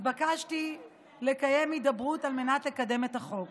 התבקשתי לקיים הידברות על מנת לקדם את החוק